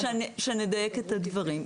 שנייה, נדייק את הדברים.